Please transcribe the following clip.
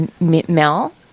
Mel